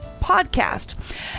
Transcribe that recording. podcast